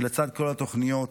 לצד כל התוכניות